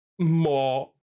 more